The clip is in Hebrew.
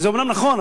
זה אומנם נכון,